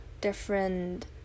different